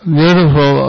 beautiful